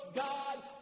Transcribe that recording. God